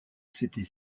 s’était